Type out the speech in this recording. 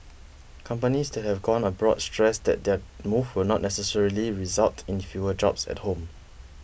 companies that have gone abroad stressed that their move will not necessarily result in fewer jobs at home